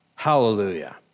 Hallelujah